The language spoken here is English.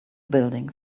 buildings